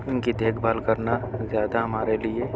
ان کی دیکھ بھال کرنا زیادہ ہمارے لیے